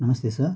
నమస్తే సార్